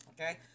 okay